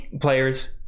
players